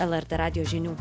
lrt radijo žinių